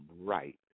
right